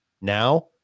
Now